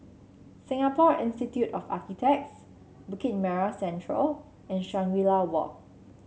Singapore Institute of Architects Bukit Merah Central and Shangri La Walk